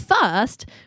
first